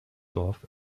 dorf